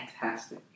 fantastic